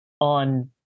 on